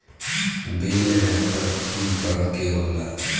बेल wrapper तीन तरह के होला